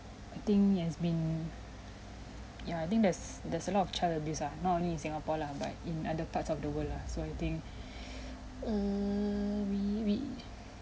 I think it has been ya I think there's there's a lot of child abuse ah not only in singapore lah but in other parts of the world lah so I think mm we